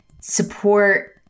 support